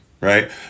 right